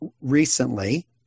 recently